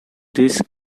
this